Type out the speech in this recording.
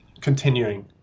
continuing